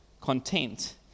content